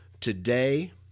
today